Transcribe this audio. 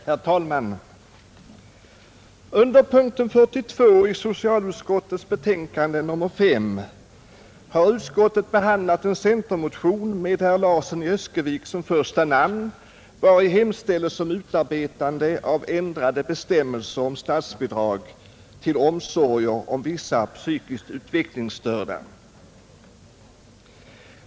Herr talman! Under punkten 42 i socialutskottets betänkande nr 5 har utskottet behandlat en centermotion med herr Larsson i Öskevik som första namn, vari hemställs om utarbetande av ändrade bestämmelser om statsbidrag till omsorger om vissa psykiskt utvecklingsstörda.